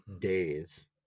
days